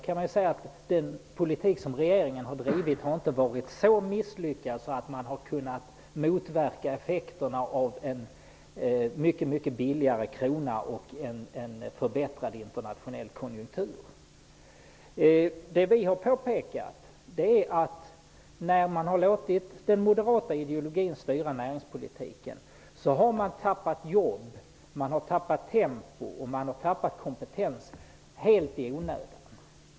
Man kan säga att den politik som regeringen har drivit inte har varit så misslyckad att den har kunnat motverka effekterna av en mycket billigare krona och en förbättrad internationell konjunktur. Vad vi har påpekat är att man genom att låta den moderata ideologin styra näringslivet har tappat jobb, tempo och kompetens helt i onödan.